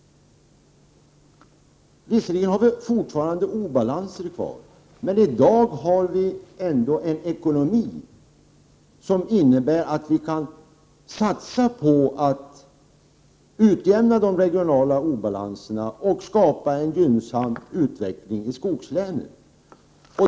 Visserligen finns det fortfarande obalanser, meni dag har vi ändå en ekonomi, som innebär att vi kan satsa på att utjämna de regionala obalanserna och skapa en gynnsam utveckling i skogslänen.